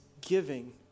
giving